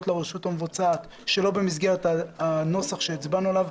לרשות המבצעת שלא במסגרת הנוסח שהצבענו עליו,